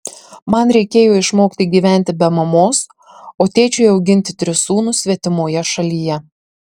man reikėjo išmokti gyventi be mamos o tėčiui auginti tris sūnus svetimoje šalyje